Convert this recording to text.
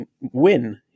win